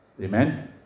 Amen